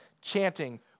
chanting